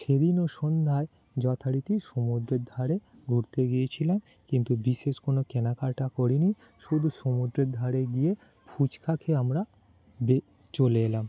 সেদিনও সন্ধ্যায় যথারীতি সমুদ্রের ধারে ঘুরতে গিয়েছিলাম কিন্তু বিশেষ কোনো কেনাকাটা করি নি শুদু সমুদ্রের ধারে গিয়ে ফুচকা খেয়ে আমরা বে চলে এলাম